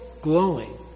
glowing